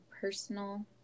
personal